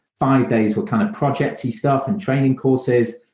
five days were kind of project-y stuff and training courses.